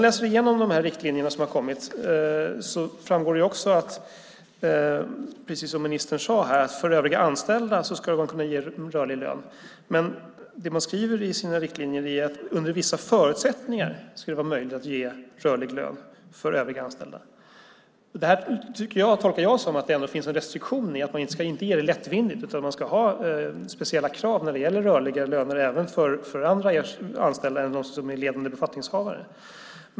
Regeringen skriver i sina riktlinjer, precis som ministern sade, att det under vissa förutsättningar ska vara möjligt att ge rörlig lön till övriga anställda. Det tolkar jag som att det finns en restriktion. Man ska inte ge det lättvindigt, utan man ska ha speciella krav när det gäller rörliga löner även för andra anställda än dem som är ledande befattningshavare.